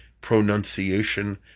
pronunciation